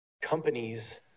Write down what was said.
companies